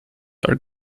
are